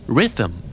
Rhythm